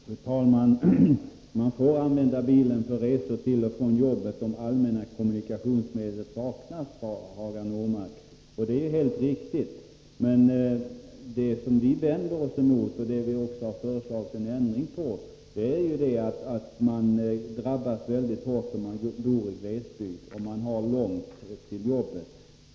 Fru talman! Man får använda bilen för resor till och från jobbet om allmänna kommunikationsmedel saknas, sade Hagar Normark. Det är helt riktigt, men det som vi vänder oss emot och där vi föreslagit en ändring är att man drabbas väldigt hårt av den här bestämmelsen om man bor i glesbygd och har långt till jobbet.